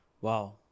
Wow